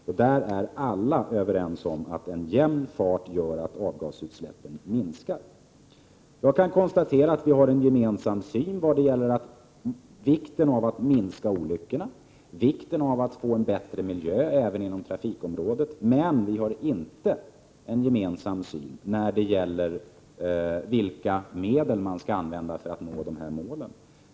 Alla är överens om att en jämn fart gör att avgasutsläppen minskar. Jag kan konstatera att vi har en gemensam syn när det gäller vikten av att minska olyckor och att få en bättre miljö även inom trafikområdet. Men vi har inte en gemensam syn i fråga om vilka medel man skall använda för att nå detta.